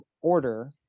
order